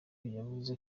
yavuze